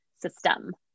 system